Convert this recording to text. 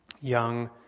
young